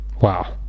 wow